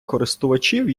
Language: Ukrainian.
користувачів